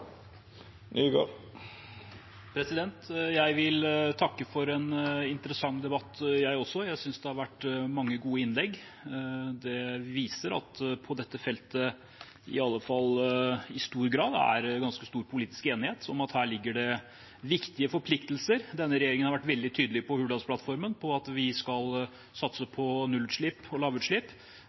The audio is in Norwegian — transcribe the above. Jeg vil også takke for en interessant debatt. Jeg synes det har vært mange gode innlegg. Det viser at det på dette feltet, i alle fall i stor grad, er ganske stor politisk enighet om at det ligger viktige forpliktelser her. Denne regjeringen har sagt veldig tydelig i Hurdalsplattformen at vi skal satse på nullutslipp og lavutslipp.